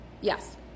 Yes